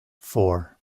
four